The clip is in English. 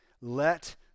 let